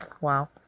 Wow